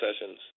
sessions